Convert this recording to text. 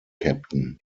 captain